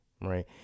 right